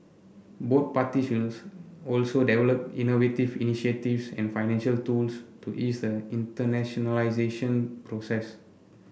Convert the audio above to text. both parties will also develop innovative initiatives and financial tools to ease the internationalisation process